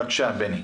בבקשה, בני.